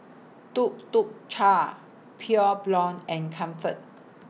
Tuk Tuk Cha Pure Blonde and Comfort